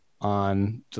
on